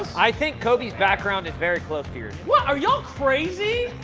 i think coby's background is very close to yours. what? are y'all crazy?